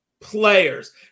players